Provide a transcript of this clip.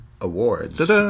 Awards